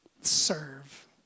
Serve